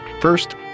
First